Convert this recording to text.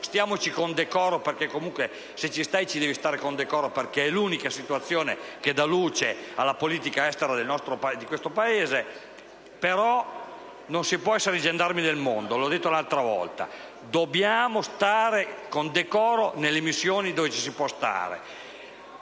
ma con decoro, perché sono l'unica situazione che dà luce alla politica estera del nostro Paese. Però non si può essere i gendarmi del mondo, l'ho detto anche l'altra volta: dobbiamo stare con decoro nelle missioni nelle quali possiamo